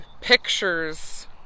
pictures